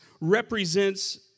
represents